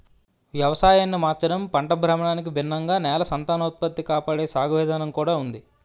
వ్యవసాయాన్ని మార్చడం, పంట భ్రమణానికి భిన్నంగా నేల సంతానోత్పత్తి కాపాడే సాగు విధానం కూడా ఉంది